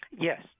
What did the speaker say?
Yes